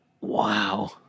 wow